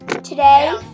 Today